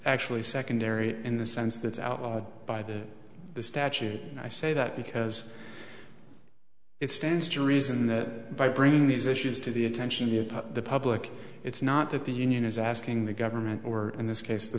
actually secondary in the sense that outlawed by the statute and i say that because it stands to reason that by bringing these issues to the attention here to the public it's not that the union is asking the government or in this case the